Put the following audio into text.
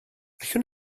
allwn